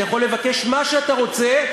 אתה יכול לבקש מה שאתה רוצה,